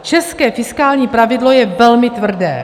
České fiskální pravidlo je velmi tvrdé.